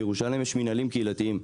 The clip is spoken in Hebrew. לירושלים יש מינהלים קהילתיים.